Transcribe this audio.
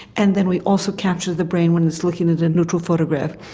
and then we also capture the brain when it's looking at a neutral photograph.